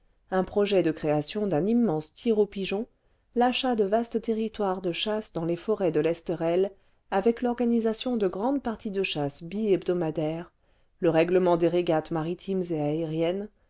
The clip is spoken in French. un projet de création d'un immense tir aux pigeons y achat de vastes territoires de chasse dans les forêts de l'esterel avec vorganisation de grandes parties de chasse bi liebdomosdaires le règlement des régates maritimes et aériennes